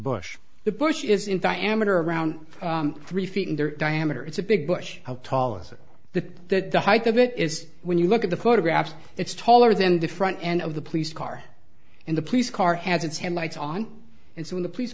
bush the bush is in fact amator around three feet in the diameter it's a big bush how tall is it the that the height of it is when you look at the photograph it's taller than the front end of the police car and the police car has its headlights on and so when the police